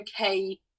okay